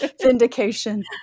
Vindication